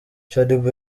shaddyboo